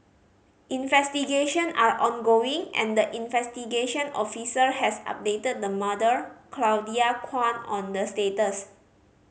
investigation are ongoing and the investigation officer has updated the mother Claudia Kwan on the status